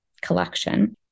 collection